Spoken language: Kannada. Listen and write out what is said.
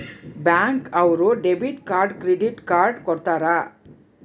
ಬ್ಯಾಂಕ್ ಅವ್ರು ಡೆಬಿಟ್ ಕಾರ್ಡ್ ಕ್ರೆಡಿಟ್ ಕಾರ್ಡ್ ಕೊಡ್ತಾರ